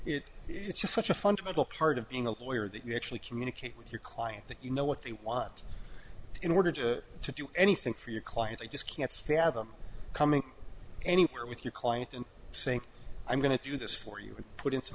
it it's just such a fundamental part of being a lawyer that you actually communicate with your client that you know what they want in order to do anything for your client i just can't fathom coming anywhere with your client and saying i'm going to do this for you and put into